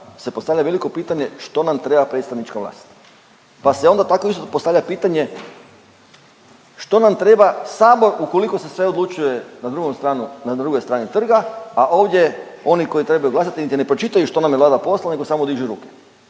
se postavlja veliko pitanje što nam treba predstavnička vlast, pa se onda tako isto postavlja pitanje što nam treba sabor ukoliko se sve odlučuje na drugom stranu, na drugoj strani trga, a ovdje oni koji trebaju glasati niti ne pročitaju što nam je Vlada poslala nego samo dižu ruku.